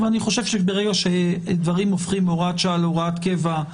ואני חושב שברגע שדברים הופכים מהוראת שעה להוראת קבע,